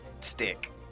stick